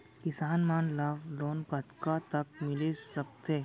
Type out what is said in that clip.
किसान मन ला लोन कतका तक मिलिस सकथे?